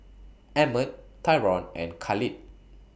Emmet Tyron and Khalid